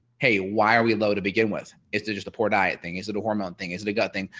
hey why are we low to begin with. is this just a poor diet thing is it a hormone thing is it a good thing.